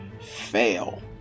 fail